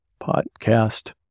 podcast